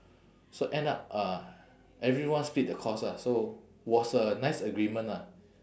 so end up uh everyone split the cost ah so was a nice agreement ah